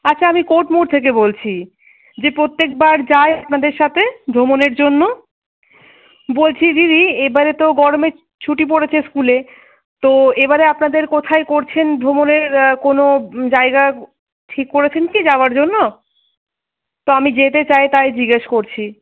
আচ্ছা আমি কোর্ট মোড় থেকে বলছি যে প্রত্যেকবার যায় আপনাদের সাথে ভ্রমণের জন্য বলছি দিদি এবারে তো গরমের ছুটি পরেছে স্কুলে তো এবারে আপনাদের কোথায় করছেন ভ্রমণের কোনো জায়গা ঠিক করেছেন কি যাওয়ার জন্য তো আমি যেতে চাই তাই জিজ্ঞেস করছি